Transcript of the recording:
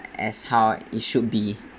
as how it should be